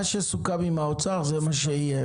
מה שסוכם עם האוצר זה מה שיהיה.